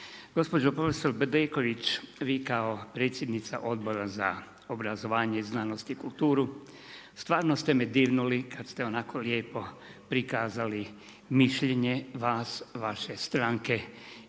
Gospođo profesor Bedeković, vi kao predsjednica Odbora za obrazovanje, znanost i kulturu stvarno ste me dirnuli kad ste onako lijepo prikazali mišljenje vas, vaše stranke